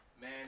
man